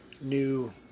New